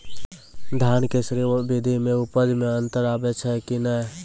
धान के स्री विधि मे उपज मे अन्तर आबै छै कि नैय?